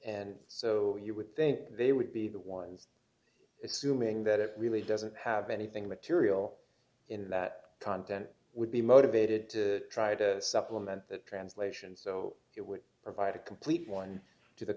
and so you would think they would be the ones assuming that it really doesn't have anything material in that content would be motivated to try to supplement that translation so it would provide a complete one to the